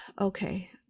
Okay